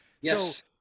yes